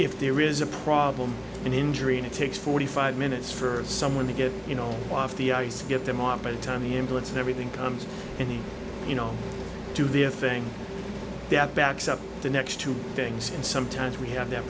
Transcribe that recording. if there is a problem and injury and it takes forty five minutes for someone to get you know off the ice get them out by the time the ambulance and everything comes and you know do their thing that backs up the next two things and sometimes we have that